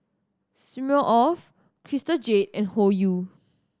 Smirnoff Crystal Jade and Hoyu